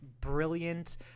brilliant